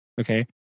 Okay